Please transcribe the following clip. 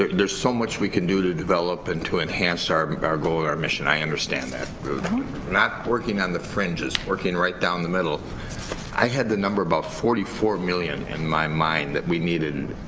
there's so much we can do to develop and to enhance our but but our goal, our mission, i understand that not working on the fringes, working right down the middle i had the number about forty four million in my mind that we needed